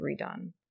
redone